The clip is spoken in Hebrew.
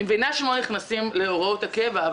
אני מבינה שהם לא נכנסים להוראות הקבע,